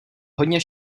hodně